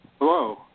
Hello